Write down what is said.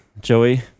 Joey